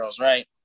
right